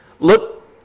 Look